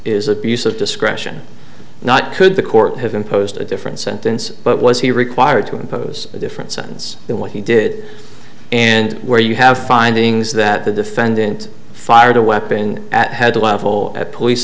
is abuse of discretion not could the court have imposed a different sentence but was he required to impose a different sentence than what he did and where you have findings that the defendant fired a weapon at head level police